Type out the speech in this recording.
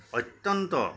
অত্য়ন্ত